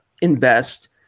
invest